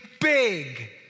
big